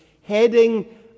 heading